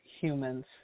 humans